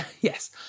Yes